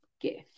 gift